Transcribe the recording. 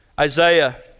Isaiah